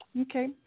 Okay